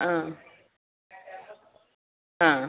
ആ ആ